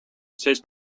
sest